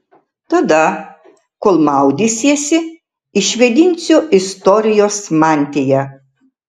tada kol maudysiesi išvėdinsiu istorijos mantiją